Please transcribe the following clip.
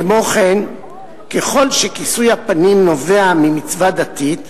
כמו כן, ככל שכיסוי הפנים נובע ממצווה דתית,